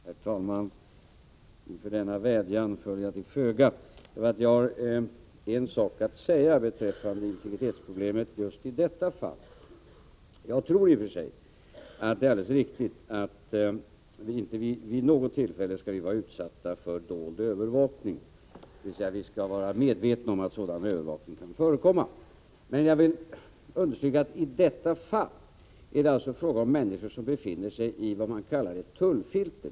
Herr talman! Inför denna vädjan föll jag till föga. Jag har nämligen en sak att säga beträffande integritetsproblemet i just detta fall. Jag tror i och för sig att det är helt riktigt att vi inte vid något tillfälle skall få vara utsatta för dold övervakning, dvs. att vi skall vara medvetna om att sådan övervakning kan förekomma. Men jag vill understryka att det i detta fall är fråga om människor som befinner sig i vad man kallar ett tullfilter.